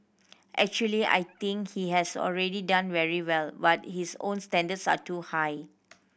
actually I think he has already done very well but his own standards are too high